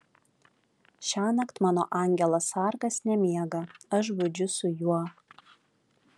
šiąnakt mano angelas sargas nemiega aš budžiu su juo